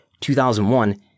2001